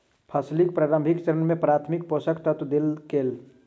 फसीलक प्रारंभिक चरण में प्राथमिक पोषक तत्व देल गेल